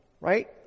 Right